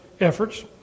efforts